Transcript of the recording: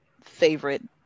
favorite